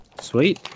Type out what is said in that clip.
Sweet